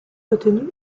retenue